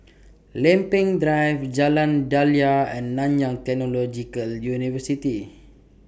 Lempeng Drive Jalan Daliah and Nanyang Technological University